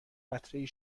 قطرهای